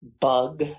bug